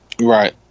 Right